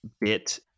bit